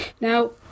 Now